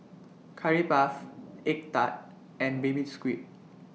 Curry Puff Egg Tart and Baby Squid